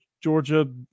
Georgia